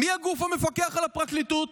מי הגוף המפקח על הפרקליטות?